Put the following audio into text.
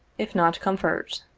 if not com fort.